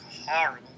horrible